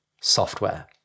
software